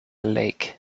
lake